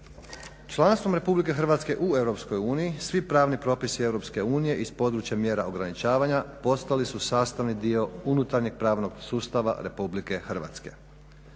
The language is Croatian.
Članstvom RH u EU svi pravni propisi EU iz područja mjera ograničavanja postali su sastavni dio unutarnjeg pravnog sustava RH. Zbog toga su